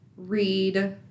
Read